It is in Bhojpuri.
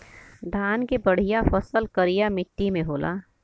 धान के बढ़िया फसल करिया मट्टी में होला